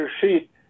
sheet